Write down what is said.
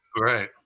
Right